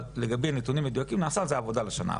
אבל לגבי נתונים מדויקים אנחנו נעשה על זה עבודה לשנה הבאה.